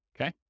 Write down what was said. Okay